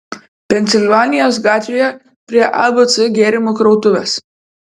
pensilvanijos gatvėje prie abc gėrimų krautuvės